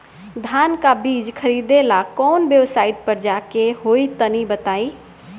धान का बीज खरीदे ला काउन वेबसाइट पर जाए के होई तनि बताई?